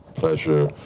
pleasure